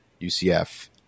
UCF